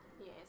Yes